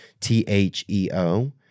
t-h-e-o